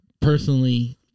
personally